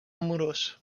amorós